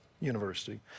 University